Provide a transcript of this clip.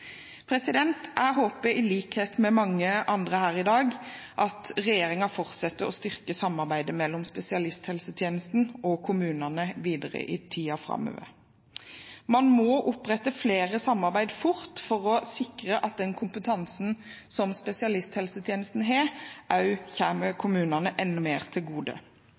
Jeg håper i likhet med mange andre her i dag at regjeringen fortsetter å styrke samarbeidet mellom spesialisthelsetjenesten og kommunene videre i tiden framover. Man må opprette mer samarbeid fort for å sikre at den kompetansen som spesialisthelsetjenesten har, kommer kommunene enda mer til gode.